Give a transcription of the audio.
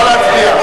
נא להצביע.